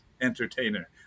entertainer